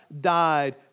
died